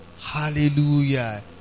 Hallelujah